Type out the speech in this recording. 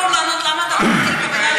אבל לא לגיטימי לנהוג בצביעות,